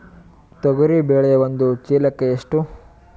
ತೊಗರಿ ಬೇಳೆ ಒಂದು ಚೀಲಕ ಎಷ್ಟು?